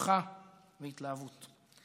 שמחה והתלהבות.